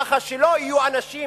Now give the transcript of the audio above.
ככה שלא יהיו אנשים